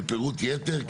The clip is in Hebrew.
לפירוט יתר.